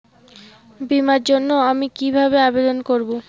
বিমার জন্য আমি কি কিভাবে আবেদন করব?